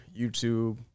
YouTube